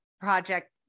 project